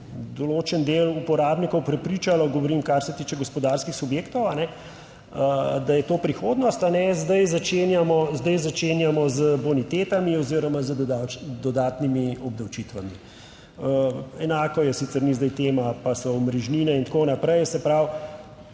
določen del uporabnikov prepričalo, govorim kar se tiče gospodarskih subjektov, da je to prihodnost, zdaj začenjamo, zdaj začenjamo z bonitetami oziroma z dodatnimi obdavčitvami. Enako je, sicer ni, zdaj tema pa so omrežnine in tako naprej, se pravi,